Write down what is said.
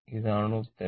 ഇതാണ് ഉത്തരം